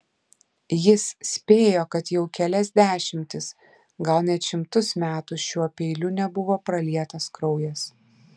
jis spėjo kad jau kelias dešimtis gal net šimtus metų šiuo peiliu nebuvo pralietas kraujas